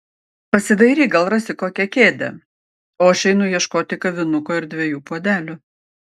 pasidairyk gal rasi kokią kėdę o aš einu ieškoti kavinuko ir dviejų puodelių